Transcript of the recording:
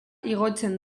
igotzen